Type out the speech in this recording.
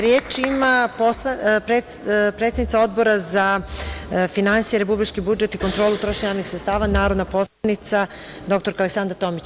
Reč ima predsednica Odbora za finansije, republički budžet i kontrolu trošenja javnih sredstava, narodna poslanica dr Aleksandra Tomić.